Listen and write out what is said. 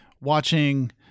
watching